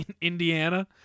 Indiana